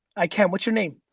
i can, what's your name?